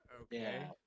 Okay